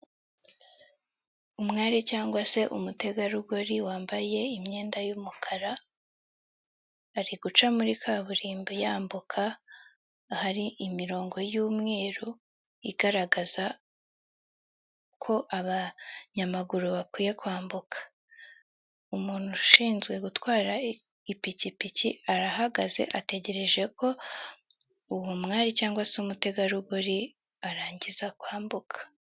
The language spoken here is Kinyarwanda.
Umwari cyangwa se umutegarugori wambaye imyenda y'umukara ari guca muri kaburimbo yambuka ahari imirongo y'umweru igaragaza ko abanyamaguru bakwiye kwambuka, umuntu ushinzwe gutwara ipikipiki arahagaze ategereje ko uwo mwari cyangwa se umutegarugori arangiza kwambuka.